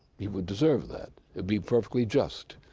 he would deserve that, it'd be perfectly just.